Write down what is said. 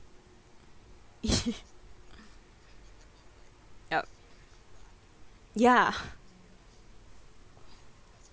yup ya